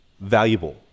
valuable